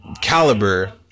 caliber